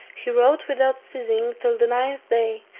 he rowed without ceasing till the ninth day,